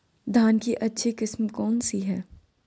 धान की अच्छी किस्म कौन सी है?